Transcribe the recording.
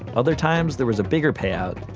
other times there was a bigger payout,